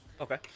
okay